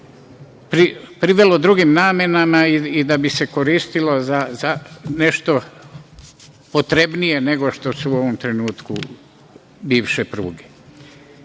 da bi se privelo drugim namenama i da bi se koristilo za nešto potrebnije, nego što su u ovom trenutku bivše pruge. Da